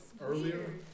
earlier